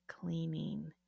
cleaning